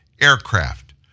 aircraft